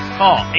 call